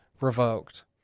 revoked